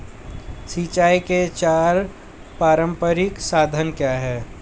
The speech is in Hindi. सिंचाई के चार पारंपरिक साधन क्या हैं?